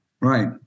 Right